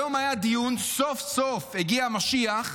היום היה דיון, סוף-סוף הגיע המשיח,